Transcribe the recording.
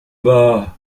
bah